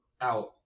out